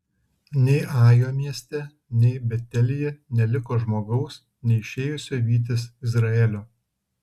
nei ajo mieste nei betelyje neliko žmogaus neišėjusio vytis izraelio